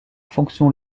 fonction